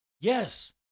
Yes